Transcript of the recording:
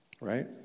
right